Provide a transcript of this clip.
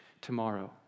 tomorrow